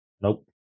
Nope